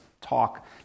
talk